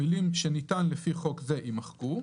המילים "שניתן לפי חוק זה" יימחקו,